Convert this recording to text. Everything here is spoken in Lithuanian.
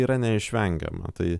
yra neišvengiama tai